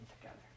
together